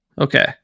Okay